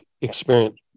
experience